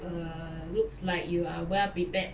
err looks like you are well-prepared